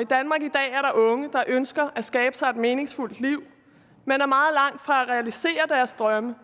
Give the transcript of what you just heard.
I Danmark i dag er der unge, der ønsker at skabe sig et meningsfuldt liv, men er meget langt fra at realisere deres drømme